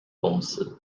公司